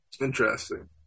Interesting